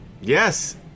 yes